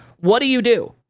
what do you do?